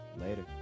Later